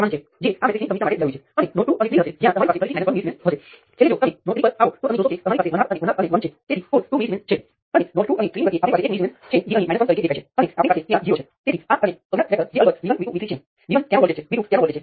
તમે જાણતા નથી કે ત્યાં વોલ્ટેજ કેટલો છે જ્યારે આપણે આ મેશની આસપાસ સમીકરણ લખીએ છીએ ત્યારે આપણે જાણતા નથી કે આ વોલ્ટેજ કેટલો છે